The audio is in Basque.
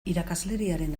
irakasleriaren